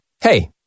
Hey